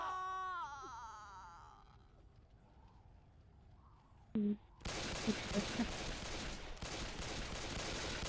ᱦᱩᱸ ᱟᱪᱪᱷᱟ ᱟᱪᱪᱷᱟ